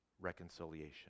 reconciliation